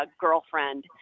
girlfriend